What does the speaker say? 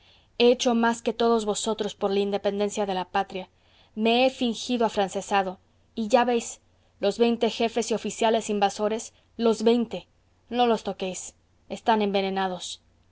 hecho más que todos vosotros por la independencia de la patria me he fingido afrancesado y ya veis los veinte jefes y oficiales invasores los veinte no los toquéis están envenenados